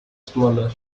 smaller